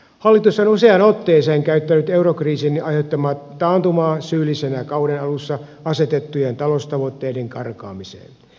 hallitus on useaan otteeseen käyttänyt eurokriisin aiheuttamaa taantumaa syyllisenä kauden alussa asetettujen taloustavoitteiden karkaamiseen